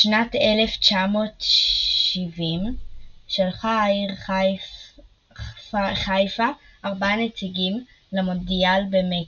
בשנת 1970 שלחה העיר חיפה ארבעה נציגים למונדיאל במקסיקו,